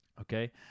Okay